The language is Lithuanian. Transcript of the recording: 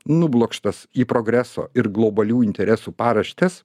nublokštas į progreso ir globalių interesų paraštes